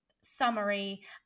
summary